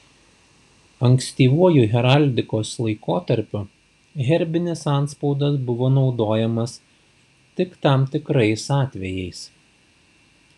ankstyvuoju heraldikos laikotarpiu herbinis antspaudas buvo naudojimas tik tam tikrais atvejais